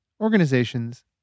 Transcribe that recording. organizations